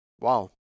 Wow